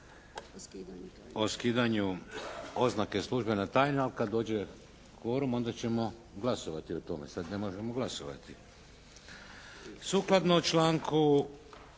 o skidanju oznake službena tajna ali kad dođe kvorum onda ćemo glasova ti o tome. Sad ne možemo glasovati.